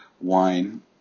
wine